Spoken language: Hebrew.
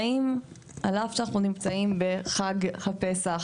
האם על אף שאנחנו נמצאים בחג הפסח,